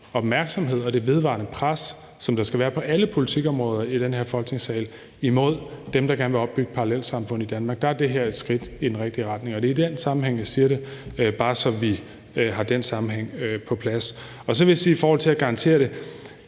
opmærksomhed og det vedvarende pres, som der skal være på alle politikområder i den her Folketingssal, imod dem, der gerne vil opbygge parallelsamfund i Danmark, så er det her et skridt i den rigtige retning, og det er i den sammenhæng, jeg siger det. Det er bare, så vi har den sammenhæng på plads. Så vil jeg sige i forhold til at komme med